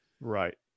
Right